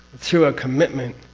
through a commitment,